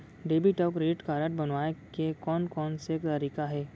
Debit अऊ credit card बनवाए के कोन कोन से तरीका हे?